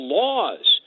laws